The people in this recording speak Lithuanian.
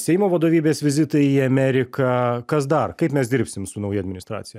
seimo vadovybės vizitai į ameriką kas dar kaip mes dirbsim su nauja administracija